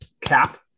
cap